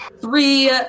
three